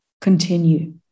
continue